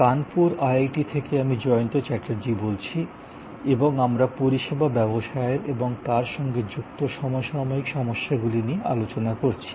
Kanpur IIT থেকে আমি জয়ন্ত চ্যাটার্জী বলছি এবং আমরা পরিষেবা ব্যবসায়ের এবং তার সঙ্গে যুক্ত সমসাময়িক সমস্যাগুলি নিয়ে আলোচনা করছি